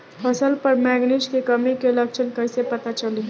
फसल पर मैगनीज के कमी के लक्षण कईसे पता चली?